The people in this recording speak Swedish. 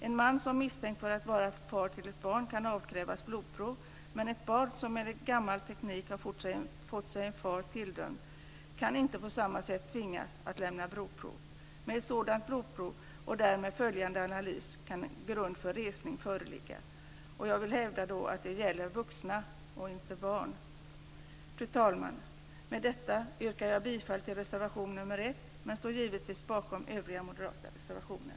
En man som misstänks vara far till ett barn kan avkrävas blodprov, men ett barn som med gammal teknik har fått sig en far tilldömd kan inte på samma sätt tvingas lämna blodprov. Med ett sådant blodprov och därmed följande analys kan grund för resning föreligga. Jag vill hävda att det då gäller vuxna, inte barn. Fru talman! Med detta yrkar jag bifall till reservation nr 1, men givetvis står jag bakom övriga moderata reservationer.